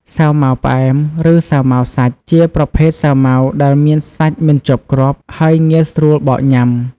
សាវម៉ាវផ្អែម ឬសាវម៉ាវសាច់ ជាប្រភេទសាវម៉ាវដែលមានសាច់មិនជាប់គ្រាប់ ហើយងាយស្រួលបកញ៉ាំ។